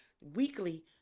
Weekly